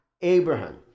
Abraham